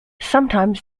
sometimes